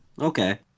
Okay